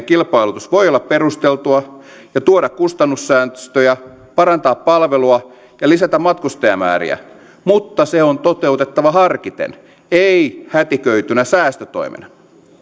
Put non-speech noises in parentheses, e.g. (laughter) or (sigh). (unintelligible) kilpailutus voi olla perusteltua ja tuoda kustannussäästöjä parantaa palvelua ja lisätä matkustajamääriä mutta se on toteutettava harkiten ei hätiköitynä säästötoimena